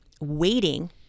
waiting